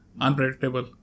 unpredictable